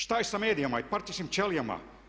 Šta je sa medijima i partijskim ćelijama?